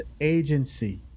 agency